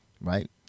right